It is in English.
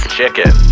Chicken